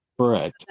Correct